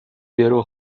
درو